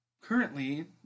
currently